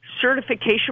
certification